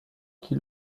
qui